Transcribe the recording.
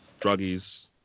druggies